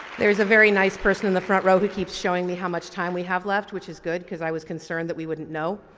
there is a very nice person in the front row who keeps showing me how much time we have left which is good because i was concerned that we wouldn't know.